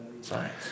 Science